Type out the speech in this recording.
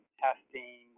testing